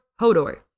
Hodor